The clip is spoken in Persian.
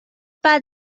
بعد